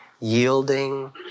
yielding